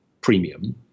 premium